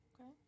Okay